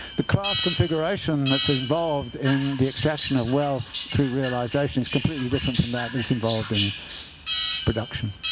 the class configuration that's involved in the extraction of wealth through realization is completely different from that that is involved in production.